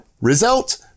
Result